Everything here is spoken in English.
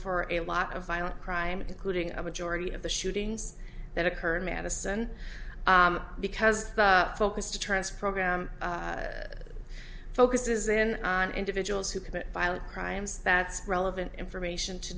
for a lot of violent crime including a majority of the shootings that occurred in madison because the focus deterrence program focuses in on individuals who commit violent crimes that's relevant information to